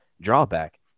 drawback